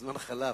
הזמן חלף.